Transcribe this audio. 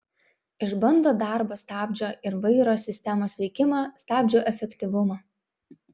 išbando darbo stabdžio ir vairo sistemos veikimą stabdžių efektyvumą